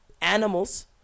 animals